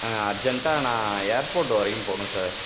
அர்ஜென்ட்டாக நான் ஏர்போர்ட் வரைக்கும் போகணும் சார்